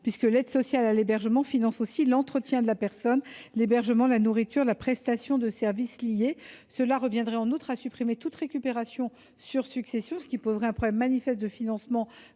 dernière. L’aide sociale à l’hébergement finance aussi l’entretien de la personne, l’hébergement, la nourriture, la prestation de services liés. Cela reviendrait en outre à supprimer toute récupération sur succession, ce qui poserait un problème manifeste de financement,